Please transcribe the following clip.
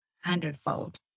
hundredfold